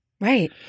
Right